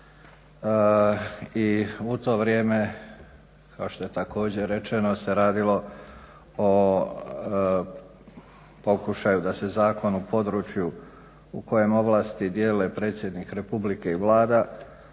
I u to vrijeme kao što je također rečeno se radilo o pokušaju da se zakon u području u kojem ovlasti dijele predsjednik Republike i Vlada